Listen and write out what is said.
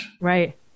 Right